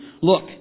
Look